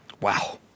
Wow